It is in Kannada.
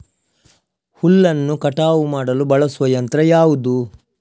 ಹುಲ್ಲನ್ನು ಕಟಾವು ಮಾಡಲು ಬಳಸುವ ಯಂತ್ರ ಯಾವುದು?